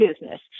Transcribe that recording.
business